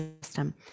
system